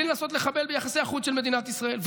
בלי לנסות לחבל ביחסי החוץ של מדינת ישראל.